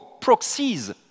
proxies